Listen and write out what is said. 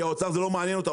כי האוצר זה לא מעניין אותו,